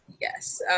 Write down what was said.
yes